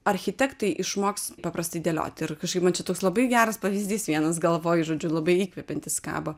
architektai išmoks paprastai dėlioti ir kažkaip man čia toks labai geras pavyzdys vienas galvoj žodžiu labai įkvepiantis kaba